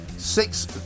six